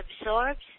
absorbs